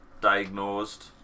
diagnosed